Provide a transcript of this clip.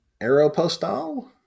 Aeropostal